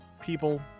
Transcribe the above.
people